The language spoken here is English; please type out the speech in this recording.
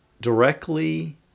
directly